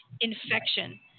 infection